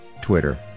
Twitter